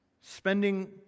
spending